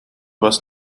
was